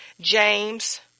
James